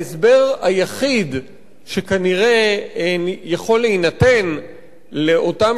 ההסבר היחיד שכנראה יכול להינתן לאותם